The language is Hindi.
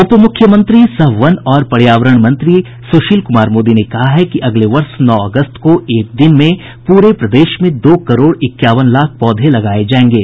उप मुख्यमंत्री सह वन और पर्यावरण मंत्री सुशील कुमार मोदी ने कहा है कि अगले वर्ष नौ अगस्त को एक दिन में पूरे प्रदेश में दो करोड़ इक्यावन लाख पौधे लगाये जायेंगे